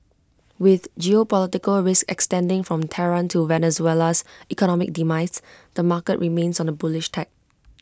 with geopolitical risk extending from Tehran to Venezuela's economic demise the market remains on A bullish tack